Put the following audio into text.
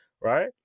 right